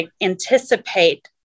anticipate